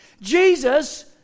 Jesus